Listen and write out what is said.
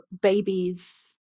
babies